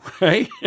right